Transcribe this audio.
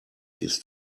ist